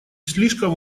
слишком